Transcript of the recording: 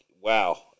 wow